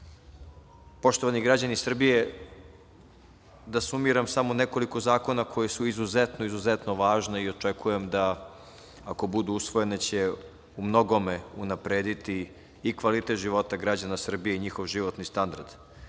ponove. Poštovani građani Srbije, da sumiram samo nekoliko zakona koji su izuzetno važni i očekujem da, ako budu usvojeni, će umnogome unaprediti i kvalitet života građana Srbije i njihov životni standard. Predlog